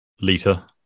Lita